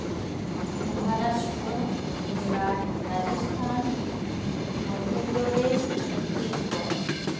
Maharashtra Gujarat Rajasthan Madhya Pradesh Chhattisgarh